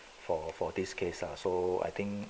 for for this case lah so I think